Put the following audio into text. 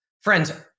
Friends